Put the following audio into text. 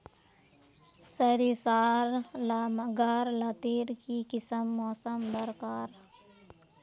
सरिसार ला गार लात्तिर की किसम मौसम दरकार?